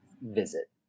visit